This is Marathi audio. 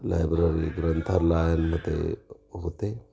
लायब्ररी ग्रंथालयांमध्ये होते